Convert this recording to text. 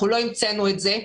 אנחנו לא המצאנו את זה.